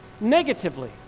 negatively